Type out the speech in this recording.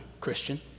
Christian